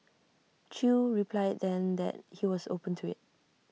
chew replied then that he was open to IT